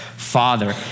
Father